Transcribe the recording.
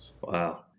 Wow